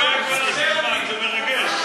חברים, שר הדתות פה.